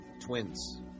twins